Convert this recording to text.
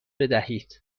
بدهید